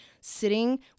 sitting